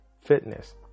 fitness